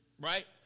right